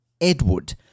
Edward